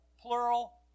plural